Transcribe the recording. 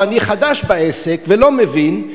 הלוא אני חדש בעסק ולא מבין,